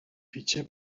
fitxer